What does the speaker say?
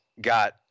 got